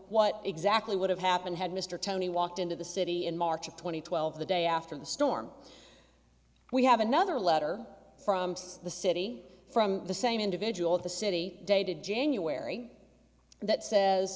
what exactly would have happened had mr tony walked into the city in march of two thousand and twelve the day after the storm we have another letter from the city from the same individual of the city dated january that says